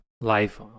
life